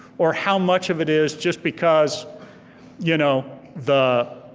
or how much of it is just because you know the